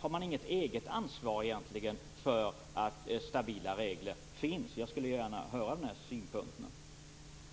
Har man inget eget ansvar egentligen för att det finns stabila regler? Jag skulle gärna vilja få synpunkter på detta.